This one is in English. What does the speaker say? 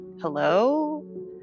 hello